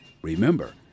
Remember